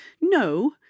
No